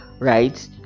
right